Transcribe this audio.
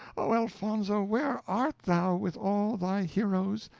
oh, elfonzo! where art thou, with all thy heroes?